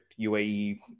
UAE